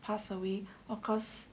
pass away of course